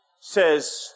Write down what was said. says